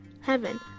Heaven